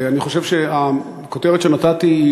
אני חושב שהכותרת שנתתי,